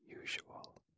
usual